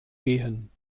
gehen